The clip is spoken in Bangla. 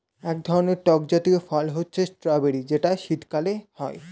এক ধরনের টক জাতীয় ফল হচ্ছে স্ট্রবেরি যেটা শীতকালে হয়